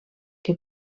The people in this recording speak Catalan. que